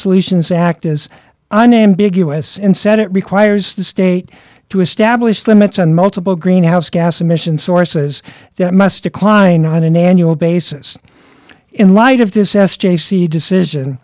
solutions act is unambiguous and said it requires the state to establish limits on multiple greenhouse gas emissions sources that must decline on an annual basis in light of this s j c decision